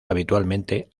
habitualmente